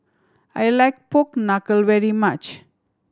I like pork knuckle very much